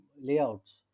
layouts